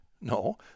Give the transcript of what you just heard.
No